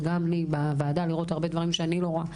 גם לי בוועדה לראות הרבה דברים שאני לא רואה.